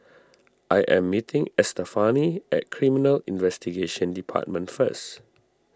I am meeting Estefani at Criminal Investigation Department first